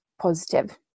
positive